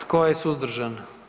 Tko je suzdržan?